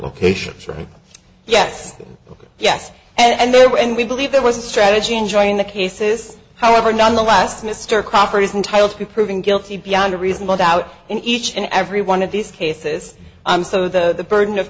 patients right yes ok yes and they were and we believe there was a strategy enjoying the cases however nonetheless mr crawford is entitled to be proven guilty beyond a reasonable doubt in each and every one of these cases i'm so the burden of